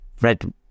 Red